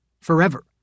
forever